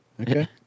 Okay